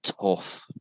Tough